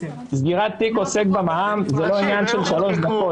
סגירת תיק עוסק במע"מ זה לא עניין של שלוש דקות,